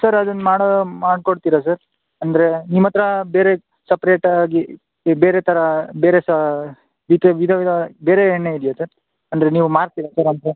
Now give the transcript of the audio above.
sir ಅದನ್ನು ಮಾಡಿ ಮಾಡಿಕೊಡ್ತೀರ ಸರ್ ಅಂದರೆ ನಿಮ್ಮತ್ತಿರ ಬೇರೆ ಸಪ್ರೇಟ್ ಆಗಿ ಈ ಬೇರೆ ಥರ ಬೇರೆ ಸಾ ವಿಧ ವಿಧ ಬೇರೆ ಎಣ್ಣೆ ಇದೆಯಾ ಸರ್ ಅಂದರೆ ನೀವು ಮಾರ್ತೀರಾ ಸರ್ ಅಂದರೆ